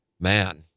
man